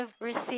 received